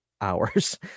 hours